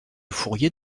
fourier